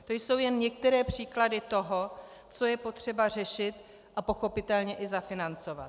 To jsou jen některé případy toho, co je potřeba řešit a pochopitelně i zafinancovat.